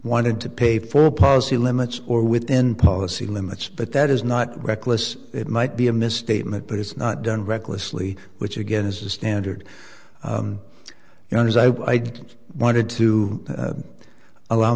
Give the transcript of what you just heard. wanted to pay for policy limits or within policy limits but that is not reckless it might be a misstatement but it's not done recklessly which again is a standard you know as i wanted to allow